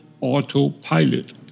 Autopilot